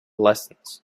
lessons